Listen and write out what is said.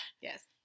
Yes